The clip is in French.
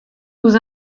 nous